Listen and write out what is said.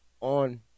on